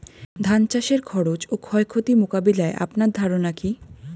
ধান চাষের খরচ ও ক্ষয়ক্ষতি মোকাবিলায় আপনার ধারণা কী?